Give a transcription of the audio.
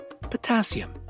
potassium